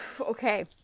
okay